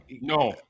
no